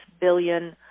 billion